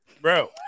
bro